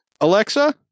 Alexa